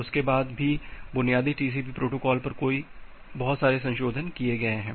उसके बाद भी बुनियादी टीसीपी प्रोटोकॉल पर कई संशोधन हुए हैं